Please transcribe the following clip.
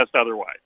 otherwise